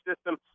system